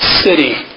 city